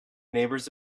neighbors